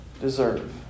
deserve